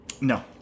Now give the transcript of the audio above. No